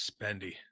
Spendy